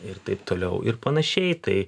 ir taip toliau ir panašiai tai